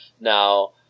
Now